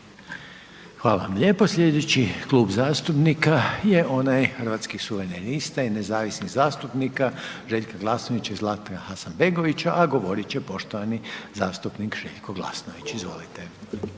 Hvala lijepo. Slijedeći Klub zastupnika je onaj Hrvatskih suverenista i nezavisnih zastupnika Željka Glasnovića i Zlatka Hasanbegovića, a govorit će poštovani zastupnik Željko Glasnović, izvolite.